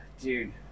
Dude